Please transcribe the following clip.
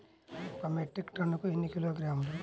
ఒక మెట్రిక్ టన్నుకు ఎన్ని కిలోగ్రాములు?